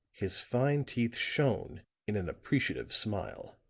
his fine teeth shone in an appreciative smile.